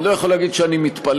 אני לא יכול להגיד שאני מתפלא,